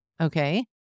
Okay